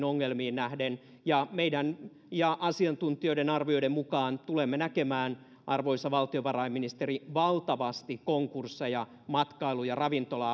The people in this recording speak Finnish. ongelmiin nähden meidän ja asiantuntijoiden arvioiden mukaan tulemme näkemään arvoisa valtiovarainministeri valtavasti konkursseja matkailu ja ravintola